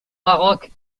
maroc